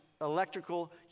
electrical